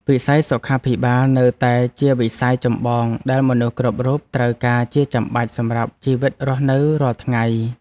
វិស័យសុខាភិបាលនៅតែជាវិស័យចម្បងដែលមនុស្សគ្រប់រូបត្រូវការជាចាំបាច់សម្រាប់ជីវិតរស់នៅរាល់ថ្ងៃ។